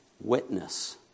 Witness